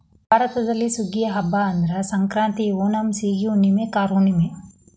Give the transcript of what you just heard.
ಭಾರತದಲ್ಲಿ ಸುಗ್ಗಿಯ ಹಬ್ಬಾ ಅಂದ್ರ ಸಂಕ್ರಾಂತಿ, ಓಣಂ, ಸೇಗಿ ಹುಣ್ಣುಮೆ, ಕಾರ ಹುಣ್ಣುಮೆ